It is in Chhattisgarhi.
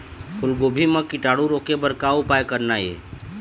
फूलगोभी म कीटाणु रोके बर का उपाय करना ये?